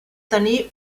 tenir